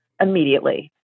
immediately